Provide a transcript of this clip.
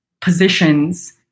positions